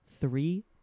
three